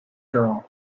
girl